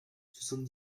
soixante